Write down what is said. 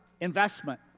investment